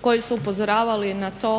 koji su upozoravali na to